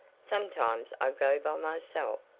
sometimes i go by myself,